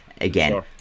again